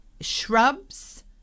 shrubs